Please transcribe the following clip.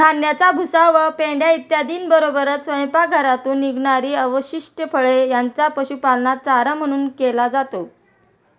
धान्याचा भुसा व पेंढा इत्यादींबरोबरच स्वयंपाकघरातून निघणारी अवशिष्ट फळे यांचा पशुपालनात चारा म्हणून केला जातो